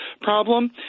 problem